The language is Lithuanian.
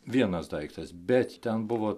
vienas daiktas bet ten buvo